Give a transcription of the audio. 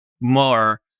more